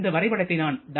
இந்த வரைபடத்தை நான் Dr